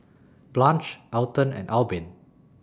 Blanch Elton and Albin